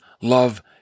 love